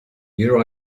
here